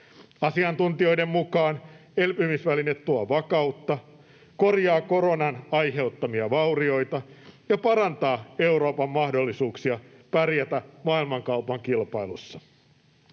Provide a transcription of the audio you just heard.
Asiantuntijoiden mukaan elpymisväline tuo vakautta, korjaa koronan aiheuttamia vaurioita ja parantaa Euroopan mahdollisuuksia pärjätä maailmankaupan kilpailussa.